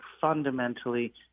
fundamentally